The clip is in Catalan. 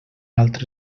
altre